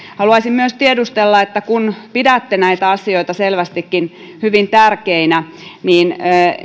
haluaisin myös tiedustella että kun pidätte näitä asioita selvästikin hyvin tärkeinä niin